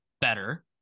better